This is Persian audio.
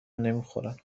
نمیخورن